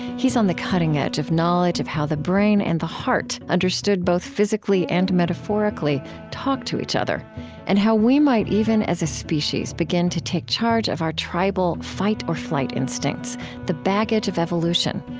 he's on the cutting edge of knowledge of how the brain and the heart understood both physically and metaphorically talk to each other and how we might even, as a species, begin to take charge of our tribal fight-or-flight instincts the baggage of evolution.